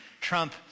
Trump